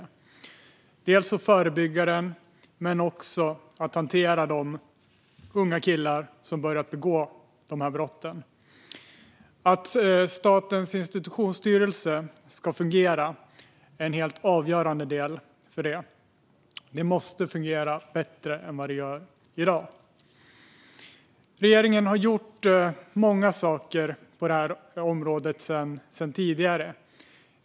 Det handlar om att förebygga den men också om att hantera de unga killar som börjat begå de här brotten. Att Statens institutionsstyrelse fungerar är helt avgörande när det gäller detta. Det måste fungera bättre än vad det gör i dag. Regeringen har gjort många saker på det här området sedan tidigare.